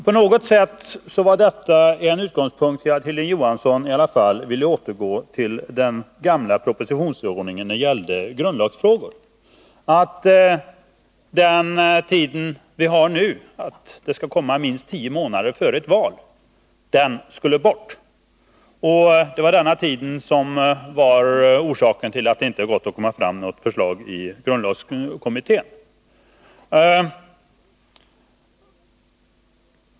På något sätt var detta en utgångspunkt för att Hilding Johansson ville återinföra den gamla propositionsordningen beträffande grundlagsfrågor och att föreskriften om att en proposition skall komma minst tio månader före ett val skall tas bort. Det var den tiden som skulle vara orsak till att det inte hade gått att komma fram med något förslag från grundlagskommittén.